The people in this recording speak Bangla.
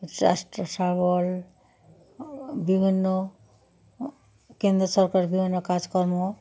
স্বাস্থ্য সবল বিভিন্ন কেন্দ্র সরকার বিভিন্ন কাজকর্ম